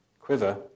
quiver